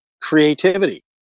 creativity